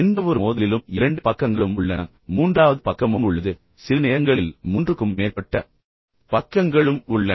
எந்தவொரு மோதலிலும் இரண்டு பக்கங்களும் உள்ளன மூன்றாவது பக்கமும் உள்ளது சில நேரங்களில் மூன்றுக்கும் மேற்பட்ட பக்கங்களும் உள்ளன